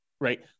right